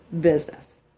business